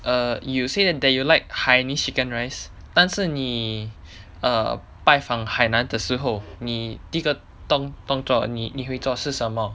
err you said that you like hainanese chicken rice 但是你 err 拜访海南的时候你第一个动动作你你会做是什么